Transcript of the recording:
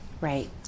Right